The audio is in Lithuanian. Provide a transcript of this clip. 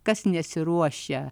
kas nesiruošia